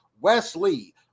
Wesley